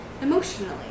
emotionally